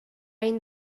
این